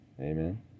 Amen